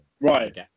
Right